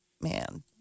man